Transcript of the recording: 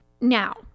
Now